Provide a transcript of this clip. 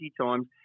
times